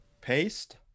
paste